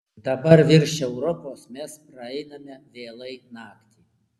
dabar virš europos mes praeiname vėlai naktį